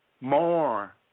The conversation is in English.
more